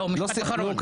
לא, משפט אחרון.